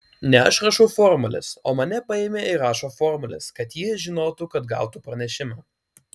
ne aš rašau formules o mane paėmė ir rašo formules kad jie žinotų kad gautų pranešimą